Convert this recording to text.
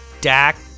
Dak